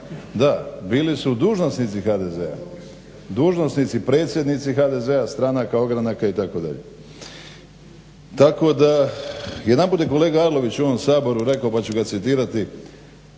Da bili su dužnosnici HDZ-a, dužnosnici HDZ-a, stranaka, ogranaka itd. tako da. Jedanput je kolega Orlović u onom Saboru rekao pa ću ga citirati: